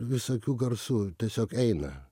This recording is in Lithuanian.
visokių garsų tiesiog eina